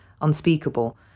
Unspeakable